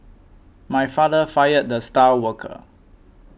my father fired the star worker